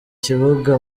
kibuga